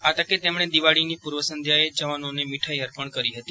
આ તકે તેમણે દિવાળીની પૂર્વસંધ્યાએ જવાનોને મીઠાઇ અર્પણ કરી હતી